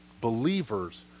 Believers